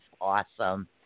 awesome